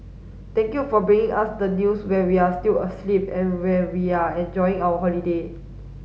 thank you for bringing us the news when we are still asleep and when we are enjoying our holiday